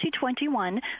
2021